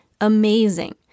amazing